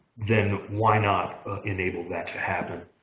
then why not enable that to happen.